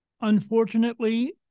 Unfortunately